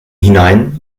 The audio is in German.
hinein